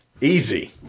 Easy